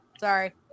Sorry